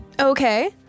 Okay